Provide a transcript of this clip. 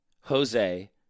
Jose